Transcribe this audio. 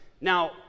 Now